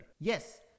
Yes